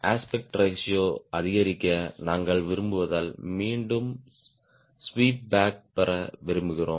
aspect ratio அதிகரிக்க நாங்கள் விரும்புவதால் மீண்டும் ஸ்வீப் பேக் பெற விரும்புகிறோம்